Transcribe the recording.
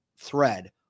thread